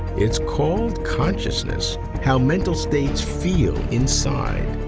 it's called consciousness how mental states feel inside.